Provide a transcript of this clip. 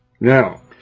Now